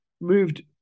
moved